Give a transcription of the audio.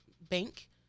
bank